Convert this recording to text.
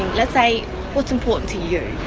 let's say what's important to you.